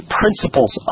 principles